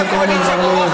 חברת